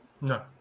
No